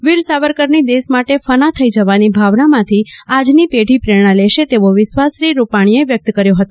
વીર સાવરકરની દેશ માટે ફના થઇ જવાની ભાવનામાંથી આજની પેઢી પ્રેરજ્ઞા લેશે તેવો વિશ્વાસ શ્રી રૂપાજ્ઞી વ્યક્ત કર્યો હતો